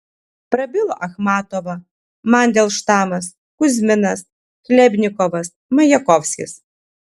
prabilo achmatova mandelštamas kuzminas chlebnikovas majakovskis